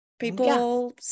people